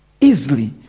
Easily